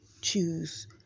choose